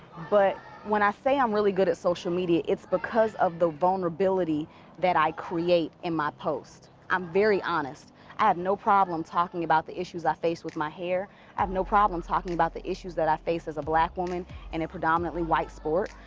but when i say i'm really good at social media, it's because of the vulnerability that i create in my post. i'm very honest i have no problem talking about the issues i face with my hair. i have no problems talking about the issues that i face as a black woman in a predominantly white sport.